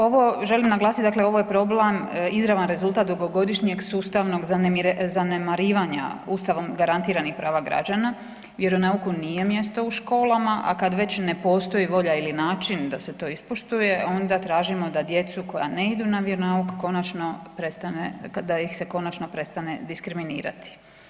Ovo želim naglasiti, dakle ovo je problem izravan rezultat dugogodišnjeg sustavnog zanemarivanja Ustavom garantiranih prava građana, vjeronauku nije mjesto u školama a kad već ne postoji volja ili način da se to ispoštuje a onda tražimo da djecu koja ne idu na vjeronauk, konačno prestane da ih se konačno prestane diskriminirati.